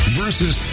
versus